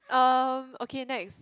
uh okay next